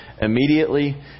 immediately